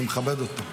אני מכבד אותו.